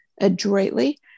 adroitly